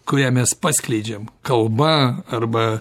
kurią mes paskleidžiam kalba arba